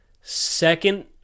second